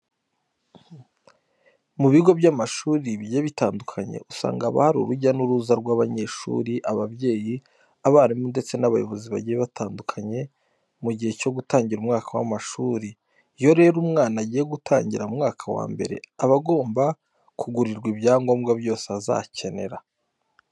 Mu bigo by'amashuri bigiye bitandukanye usanga haba hari urujya n'uruza rw'abanyeshuri, ababyeyi, abarimu ndetse n'abayobozi bagiye batandukanye mu gihe cyo gutangira umwaka w'amashuri. Iyo rero umwana agiye gutangira mu mwaka wa mbere aba agomba kugurirwa ibyangombwa byose azakenera.